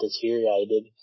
deteriorated